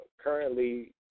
currently